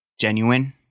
genuine